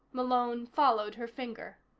malone followed her finger.